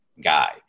guy